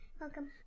Welcome